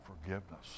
forgiveness